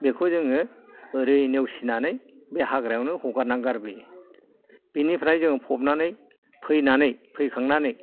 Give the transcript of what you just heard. बेखौ जोङो ओरै नेवसिनानै बे हाग्रायावनो हगारनानै गारबोयो बेनिफ्राय जों फबनानै फैनानै फैखांनानै